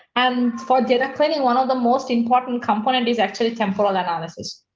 and for data planning, one of the most important component is actually temporal analysis.